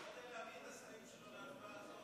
הוא לא יודע להביא את השרים שלו להצבעה.